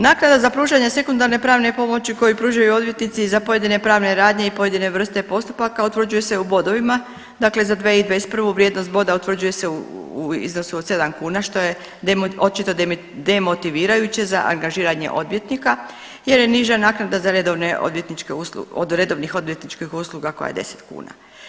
Naknada za pružanje sekundarne pravne pomoći koju pružaju odvjetnici za pojedine pravne radnje i pojedine vrste postupaka utvrđuje se u bodovima, dakle za 2021. vrijednost boda utvrđuje se u iznosu od sedam kuna što je očito demotivirajuće za angažiranje odvjetnika jer je niža naknada za redovne odvjetničke usluge od redovnih odvjetničkih usluga koja je 10 kuna.